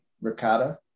ricotta